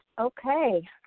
Okay